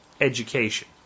education